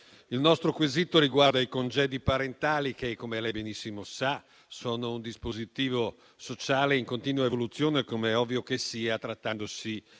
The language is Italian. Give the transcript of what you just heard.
il nostro quesito riguarda i congedi parentali, che come lei sa benissimo sono un dispositivo sociale in continua evoluzione, come è ovvio che sia, trattandosi